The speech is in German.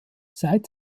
seit